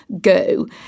Go